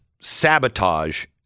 sabotage